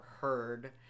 heard